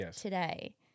today